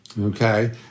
okay